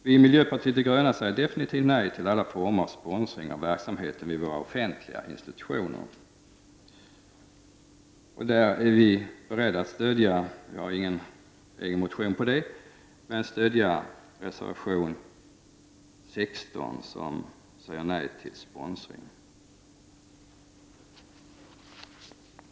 Vi i miljöpartiet de gröna säger definitivt nej till alla former av sponsring av verksamheten vid våra offentliga institutioner. Vi stödjer reservation 16 som säger nej till sponsring.